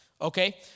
okay